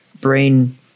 Brain